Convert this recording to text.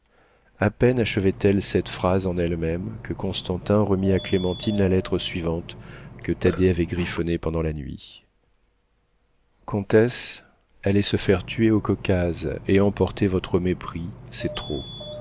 a peine achevait elle cette phrase en elle-même que constantin remit à clémentine la lettre suivante que thaddée avait griffonnée pendant la nuit comtesse aller se faire tuer au caucase et emporter votre mépris c'est trop